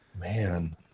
man